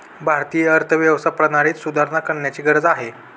भारतीय अर्थव्यवस्था प्रणालीत सुधारणा करण्याची गरज आहे